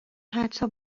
حتی